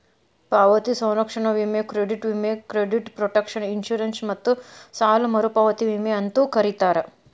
ಪಾವತಿ ಸಂರಕ್ಷಣಾ ವಿಮೆ ಕ್ರೆಡಿಟ್ ವಿಮೆ ಕ್ರೆಡಿಟ್ ಪ್ರೊಟೆಕ್ಷನ್ ಇನ್ಶೂರೆನ್ಸ್ ಮತ್ತ ಸಾಲ ಮರುಪಾವತಿ ವಿಮೆ ಅಂತೂ ಕರೇತಾರ